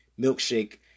milkshake